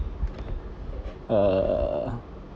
err